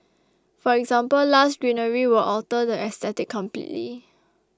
for example lush greenery will alter the aesthetic completely